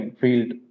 Field